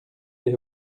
les